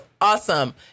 awesome